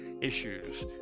issues